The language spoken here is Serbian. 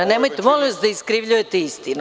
Nemojte molim vas da iskrivljujete istinu.